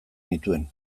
nituen